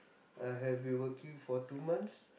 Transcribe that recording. I have been working for two months